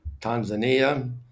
Tanzania